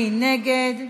מי נגד?